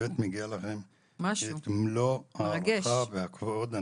באמת מגיע לכם ולכן את מלוא ההערכה והכבוד.